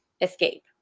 escape